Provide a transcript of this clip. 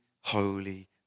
holy